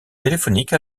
téléphoniques